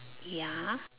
ya